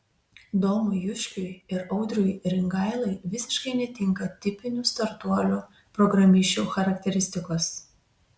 domui juškiui ir audriui ringailai visiškai netinka tipinių startuolių programišių charakteristikos